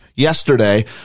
Yesterday